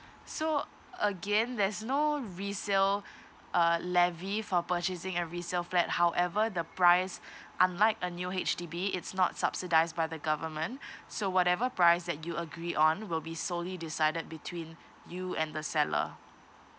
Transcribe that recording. so again there's no resale uh levy for purchasing a resale flat however the price unlike a new H_D_B it's not subsidized by the government so whatever price that you agree on will be solely decided between you and the seller